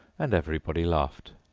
and everybody laughed,